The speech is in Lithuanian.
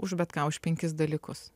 už bet ką už penkis dalykus